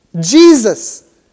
Jesus